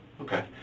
Okay